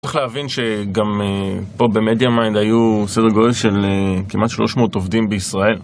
צריך להבין שגם פה ב MediaMind היו בדר גודל של כמעט שלוש מאות עובדים בישראל